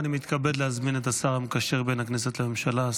אני מתכבד להזמין את השר המקשר בין הכנסת לממשלה,